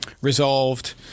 resolved